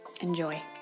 Enjoy